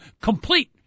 complete